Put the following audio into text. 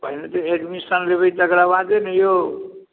पहिने तऽ एडमिशन लेबै तकरा बादे ने यौ